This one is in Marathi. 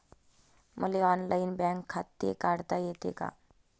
मले ऑनलाईन बँक खाते काढता येते का?